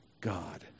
God